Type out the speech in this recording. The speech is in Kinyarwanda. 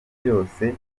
byose